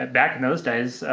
ah back in those days,